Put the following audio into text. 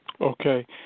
Okay